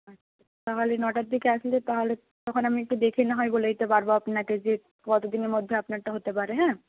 আচ্ছা তাহলে নটার দিকে আসলে তাহলে তখন আমি একটু দেখে না হয় বলে দিতে পারব আপনাকে যে কতদিনের মধ্যে আপনারটা হতে পারে হ্যাঁ